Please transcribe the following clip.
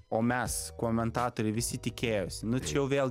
o mes komentatoriai visi tikėjosi nu čia jau vėl